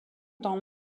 dans